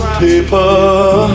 paper